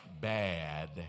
bad